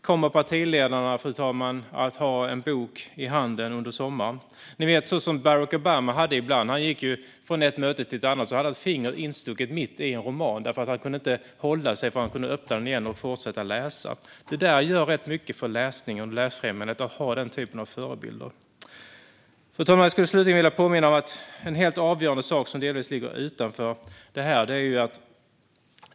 Kommer partiledarna, fru talman, att ha en bok i handen under sommaren - ni vet som Barack Obama hade ibland? Han gick från ett möte till ett annat med ett finger instucket mitt i en roman. Han kunde inte hålla sig förrän han kunde öppna boken igen och fortsätta att läsa. Det gör mycket för läsningen och läsfrämjandet att ha den typen av förebilder. Fru talman! Slutligen vill jag påminna om en helt avgörande sak som delvis ligger utanför dagens ämne.